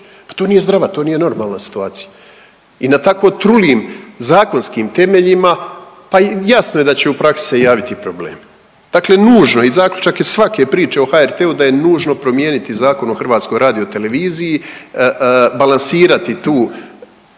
to nije zdrava, to nije normalna situacija. I na tako trulim zakonskim temeljima, pa jasno je da će u praksi se javiti problem. Dakle nužno je i zaključak je svake priče o HRT-u da je nužno promijeniti Zakon o HRT-u, balansirati tu